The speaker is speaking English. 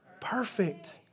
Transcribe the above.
perfect